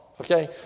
Okay